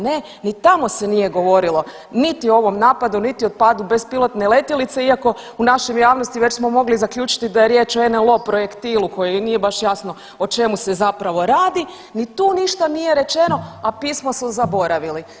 Ne, ni tamo se nije govorilo niti o ovom napadu, niti o padu bespilotne letjelice iako u našoj javnosti već smo mogli zaključiti da je o NLO projektilu koji nije baš jasno o čemu se zapravo radi, ni tu ništa nije rečeno, a pismo su zaboravili.